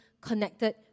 connected